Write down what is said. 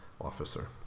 officer